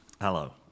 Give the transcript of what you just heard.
Hello